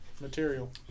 material